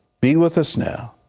be with us now,